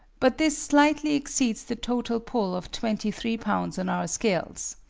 but this slightly exceeds the total pull of twenty three lbs. on our scales.